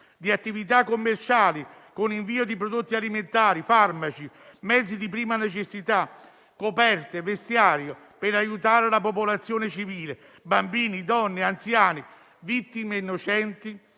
di attività commerciali, con l'invio di prodotti alimentari, farmaci, mezzi di prima necessità, coperte, vestiario per aiutare la popolazione civile, bambini, donne e anziani, vittime innocenti